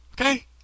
Okay